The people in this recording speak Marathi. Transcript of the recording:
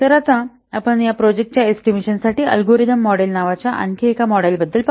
तर आता आपण या प्रोजेक्टाच्या एस्टिमेशनासाठी अल्गोरिदम मॉडेल नावाच्या आणखी एका मॉडेलबद्दल पाहू